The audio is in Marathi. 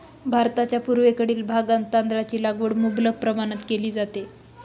भारताच्या पूर्वेकडील भागात तांदळाची लागवड मुबलक प्रमाणात केली जाते